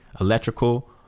electrical